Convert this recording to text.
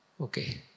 Okay